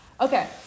Okay